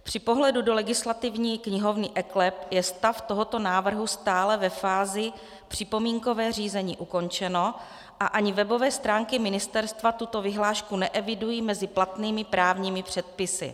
Při pohledu do legislativní knihovny eKLEP je stav tohoto návrhu stále ve fázi připomínkové řízení ukončeno a ani webové stránky ministerstva tuto vyhlášku neevidují mezi platnými právními předpisy.